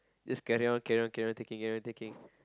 just carry on carry on carry on taking carry on taking